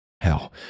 Hell